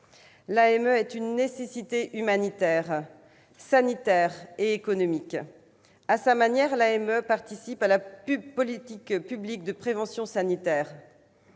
L'AME est une nécessité humanitaire, sanitaire et économique. À sa manière, elle participe à la politique publique de prévention sanitaire.